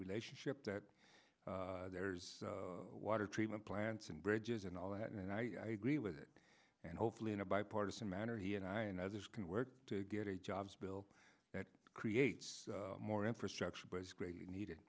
relationship that there's water treatment plants and bridges and all that and i agree with that and hopefully in a bipartisan manner he and i and others can work to get a jobs bill that creates more infrastructure but is greatly needed